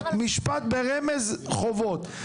משפט מרומז על חובות.